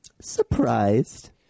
Surprised